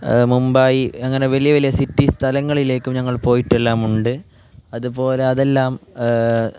മുംബൈ അങ്ങനെ വലിയ വലിയ സിറ്റി സ്ഥലങ്ങളിലേക്കും ഞങ്ങൾ പോയിട്ടുണ്ട് അതു പോലെ അതെല്ലാം